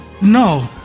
No